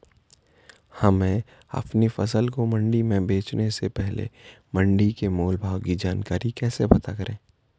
हमें अपनी फसल को मंडी में बेचने से पहले मंडी के मोल भाव की जानकारी कैसे पता करें?